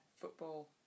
football